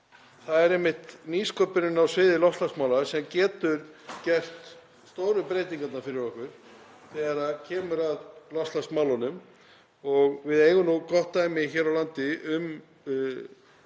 Það er einmitt nýsköpunin á sviði loftslagsmála sem getur gert stóru breytingarnar fyrir okkur þegar kemur að loftslagsmálunum. Við eigum gott dæmi hér á landi um